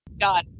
God